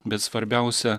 bet svarbiausia